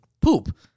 poop